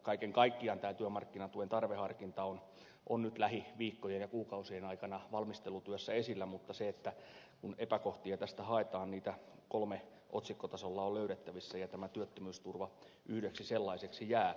kaiken kaikkiaan työmarkkinatuen tarveharkinta on nyt lähiviikkojen ja kuukausien aikana valmistelutyössä esillä mutta kun epäkohtia tästä haetaan niitä kolme on otsikkotasolla löydettävissä ja tämä työttömyysturva yhdeksi sellaiseksi jää